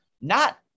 not-